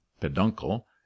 peduncle